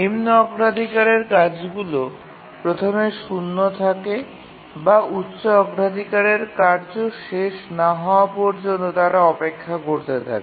নিম্ন অগ্রাধিকারের কাজগুলি প্রথমে শূন্য থাকে বা উচ্চ অগ্রাধিকারের কার্য শেষ না হওয়া পর্যন্ত তারা অপেক্ষা করতে থাকে